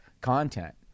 content